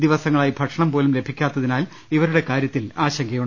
ദിവസങ്ങളായി ഭക്ഷണം പോലും ലഭിക്കാത്തിനാൽ ഇവരുടെ കാര്യത്തിൽ ആശങ്കയുണ്ട്